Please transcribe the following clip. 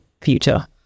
future